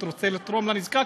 אני רוצה לתרום לנזקק,